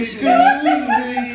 Scooby